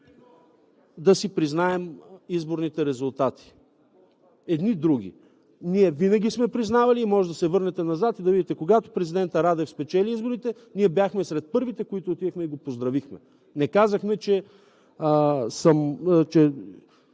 да си признаем изборните резултати едни други. Ние винаги сме ги признавали. Можете да се върнете назад и да видите, че когато президентът Радев спечели изборите, ние бяхме сред първите, които отидохме и го поздравихме. Не казахме, че